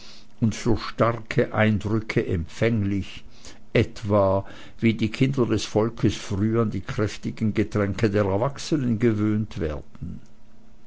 und für starke eindrücke empfänglich etwa wie die kinder des volkes früh an die kräftigen getränke der erwachsenen gewöhnt werden